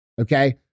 Okay